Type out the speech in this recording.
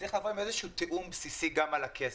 צריך לבוא עם איזשהו תיאום בסיסי גם על הכסף.